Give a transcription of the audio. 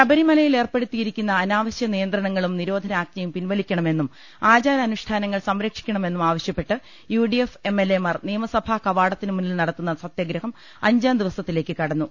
ശബരിമലയിലേർപ്പെടുത്തിയിരിക്കുന്ന അനാവശ്യ നിയന്ത്രണ ങ്ങളും നിരോധനജ്ഞയും പിൻവലിക്കണമെന്നും ആചാരാനുഷ്ഠാ നങ്ങൾ സംരക്ഷിക്കണമെന്നും ആവശ്യപ്പെട്ട് യ്യുഡിഎഫ് എം എൽഎ മാർ നിയമസഭാ കവാടത്തിന് മുന്നിൽ നടത്തുന്ന സത്യ ഗ്രഹം അഞ്ചാം ദിവസത്തിലേക്ക് കടന്നു